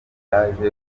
yaje